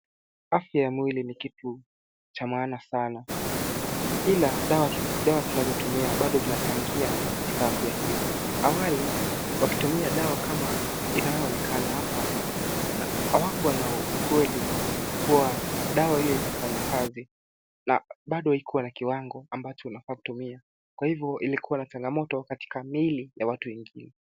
Afya ya mwili ni kitu cha maana sana. Ila dawa tunazotumia bado zinachangia katika afya hio. Awali wakitumia dawa kama inayoonekana hapa, hawakuwa na ukweli kuwa dawa hio itafanya kazi, na bado haikuwa na kiwango ambacho unafaa kutumia. Kwa hivo ilikuwa na changamoto katika miili ya watu wengine.